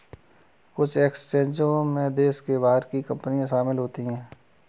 कुछ एक्सचेंजों में देश के बाहर की कंपनियां शामिल होती हैं